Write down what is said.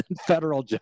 federal